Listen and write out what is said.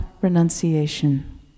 Renunciation